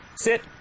sit